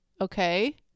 Okay